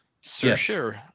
sure